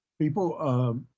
people